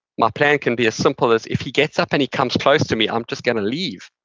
my plan can be as simple as, if he gets up and he comes close to me, i'm just going to leave.